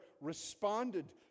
responded